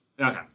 Okay